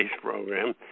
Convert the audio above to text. program